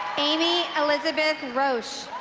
amy elizabeth roche